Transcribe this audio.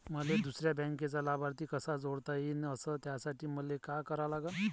मले दुसऱ्या बँकेचा लाभार्थी कसा जोडता येईन, अस त्यासाठी मले का करा लागन?